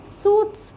suits